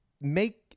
make